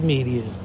Media